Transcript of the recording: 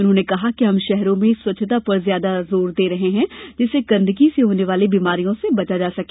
उन्होंने कहा कि हम शहरों में स्वच्छता पर ज्यादा जोर दे रहे हैं जिससे गंदगी से होने वाली बीमारियों से बचा जा सके